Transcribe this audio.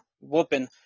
whooping